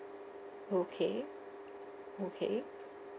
okay okay